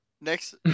Next